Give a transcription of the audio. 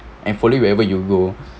and follow wherever you go